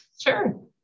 Sure